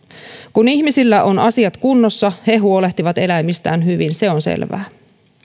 kun ihmisillä on asiat kunnossa he huolehtivat eläimistään hyvin se on selvää